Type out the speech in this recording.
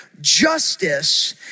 Justice